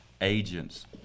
Agents